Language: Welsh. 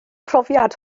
profiad